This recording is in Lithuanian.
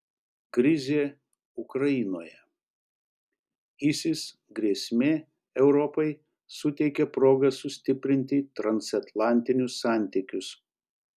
krizė ukrainoje isis grėsmė europai suteikia progą sustiprinti transatlantinius santykius